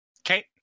Okay